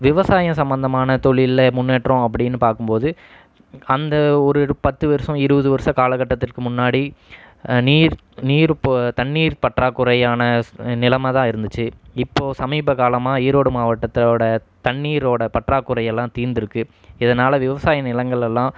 விவசாயம் சம்மந்தமான தொழில்ல முன்னேற்றம் அப்படின்னு பார்க்கும்போது அந்த ஒரு பத்து வருஷம் இருபது வருஷ காலகட்டத்திற்கு முன்னாடி நீர் நீர் போ தண்ணீர் பற்றாக்குறையான நிலமாகதான் இருந்திச்சு இப்போது சமீபகாலமா ஈரோடு மாவட்டத்தோட தண்ணீரோட பற்றாக்குறையெல்லாம் தீர்ந்துருக்கு இதனால் விவசாய நிலங்களெல்லாம்